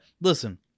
listen